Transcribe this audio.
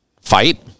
Fight